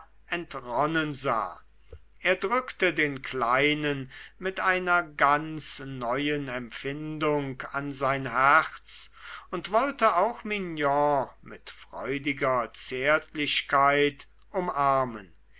entronnen sah er drückte den kleinen mit einer ganz neuen empfindung an sein herz und wollte auch mignon mit freudiger zärtlichkeit umarmen